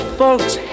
folks